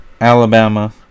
Alabama